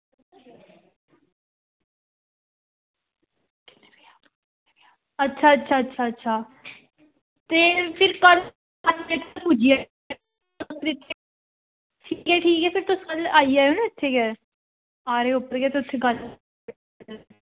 अच्छा अच्छा अच्छा ते फिर कल्ल पुज्जी ठीक ऐ ठीक ऐ फिर तुस कल्ल आई जायो ना इत्थें गै आयो उप्पर गै ते तुस उत्थें